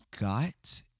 got